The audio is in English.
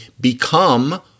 become